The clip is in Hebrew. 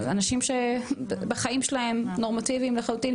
אנשים שבחיים שלהם הם נורמטיביים לחלוטין,